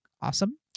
awesome